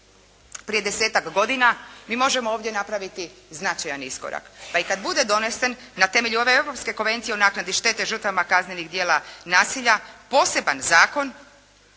prije desetak godina, mi možemo ovdje napraviti značajan iskorak. Pa i kada bude donesen na temelju ove Europske konvencije o naknadi štete žrtvama kaznenih djela nasilja poseban zakon,